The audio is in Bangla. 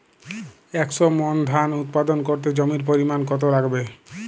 একশো মন ধান উৎপাদন করতে জমির পরিমাণ কত লাগবে?